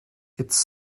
its